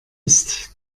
ist